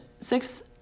Six